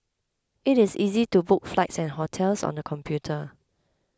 it is easy to book flights and hotels on the computer